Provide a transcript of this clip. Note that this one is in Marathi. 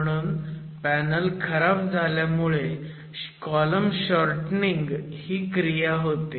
म्हणून पॅनल खराब झाल्यामुळे कॉलम शॉर्टनिंग ही क्रिया होते